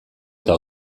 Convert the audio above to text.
eta